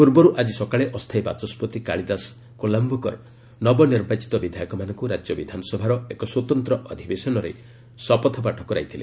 ପୂର୍ବରୁ ଆଜି ସକାଳେ ଅସ୍ଥାୟୀ ବାଚସ୍କତି କାଳିଦାସ କୋଲାୟକର ନବନିର୍ବାଚିତ ବିଧାୟକମାନଙ୍କୁ ରାଜ୍ୟ ବିଧାନସଭାର ଏକ ସ୍ୱତନ୍ତ୍ର ଅଧିବେଶନରେ ଶପଥପାଠ କରାଇଥିଲେ